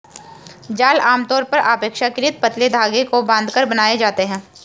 जाल आमतौर पर अपेक्षाकृत पतले धागे को बांधकर बनाए जाते हैं